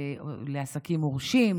לעסקים מורשים,